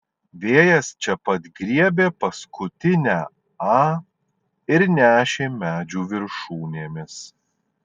vėjas čia pat griebė paskutinę a ir nešė medžių viršūnėmis